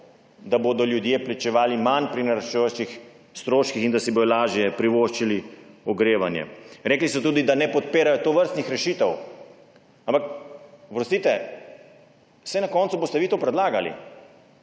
da bodo ljudje plačevali manj pri naraščajočih stroških in da si bodo lažje privoščili ogrevanje. Rekli so tudi, da ne podpirajo tovrstnih rešitev. Ampak oprostite, saj na koncu boste vi to predlagali.